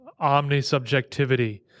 omnisubjectivity